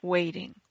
Waiting